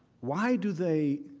why do they,